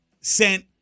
sent